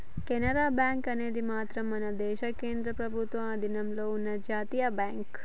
Canara bank అనేది మాత్రమే మన దేశ కేంద్ర ప్రభుత్వ అధీనంలో ఉన్న జాతీయ బ్యాంక్